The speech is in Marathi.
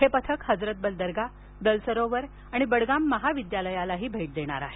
हे पथक हजरतबल दरगा दल सरोवर आणि बडगाम महाविद्यालयालाही भेट देणार आहे